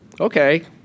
Okay